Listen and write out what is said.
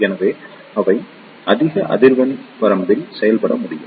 எனவே அவை மிக அதிக அதிர்வெண் வரம்பில் செயல்பட முடியும்